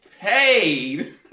paid